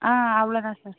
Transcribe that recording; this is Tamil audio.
ஆ அவ்வளோதான் சார்